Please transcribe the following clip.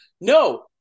No